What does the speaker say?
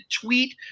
tweet